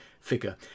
figure